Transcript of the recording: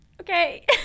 okay